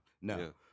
no